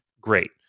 great